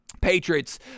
Patriots